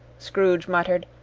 scrooge muttered,